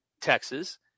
Texas